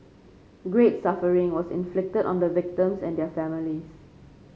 great suffering was inflicted on the victims and their families